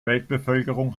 weltbevölkerung